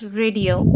radio